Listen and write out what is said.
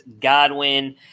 Godwin